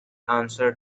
answer